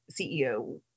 CEO